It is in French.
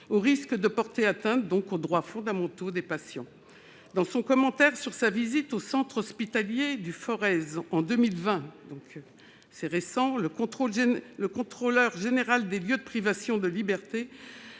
au risque de porter atteinte aux droits fondamentaux des patients. Dans son commentaire sur sa visite récente au centre hospitalier du Forez, la Contrôleure générale des lieux de privation de liberté